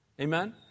Amen